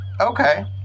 Okay